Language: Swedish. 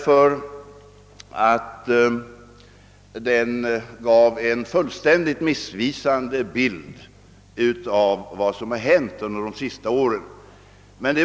Den gav nämligen en fullständigt missvisande bild av vad som hänt under de senaste åren.